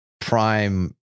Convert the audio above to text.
prime